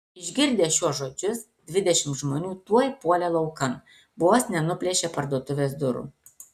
išgirdę šiuos žodžius dvidešimt žmonių tuoj puolė laukan vos nenuplėšė parduotuvės durų